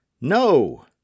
No